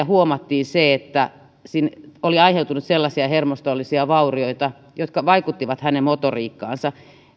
huomattiin se että oli aiheutunut sellaisia hermostollisia vaurioita jotka vaikuttivat hänen motoriikkaansa